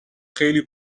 خیلی